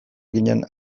ginen